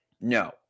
no